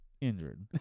Injured